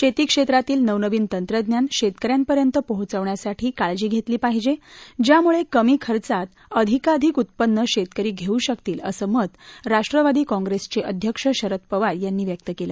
शेती क्षेत्रातील नवनवीन तंत्रज्ञान शेतकऱ्यांपर्यंत पोचवण्यासाठी काळजी घेतली पाहिजे ज्यामुळे कमी खर्चात अधिकाधिक उत्पन्न शेतकरी घेऊ शकतील असं मत राष्ट्रवादी काँग्रेसचे अध्यक्ष शरद पवार यांनी व्यक्त केलं